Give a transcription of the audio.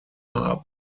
haben